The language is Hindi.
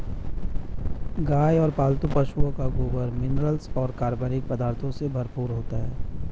गाय और पालतू पशुओं का गोबर मिनरल्स और कार्बनिक पदार्थों से भरपूर होता है